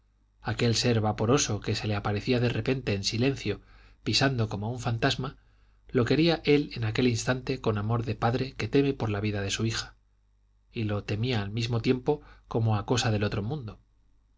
aquel ser vaporoso que se le aparecía de repente en silencio pisando como un fantasma lo quería él en aquel instante con amor de padre que teme por la vida de su hija y lo temía al mismo tiempo como a cosa del otro mundo